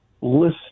list